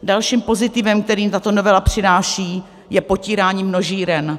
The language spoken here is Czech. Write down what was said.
Dalším pozitivem, kterým tato novela přináší, je potírání množíren.